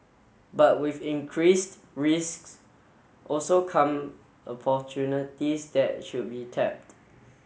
but with increased risks also come opportunities that should be tapped